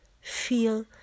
feel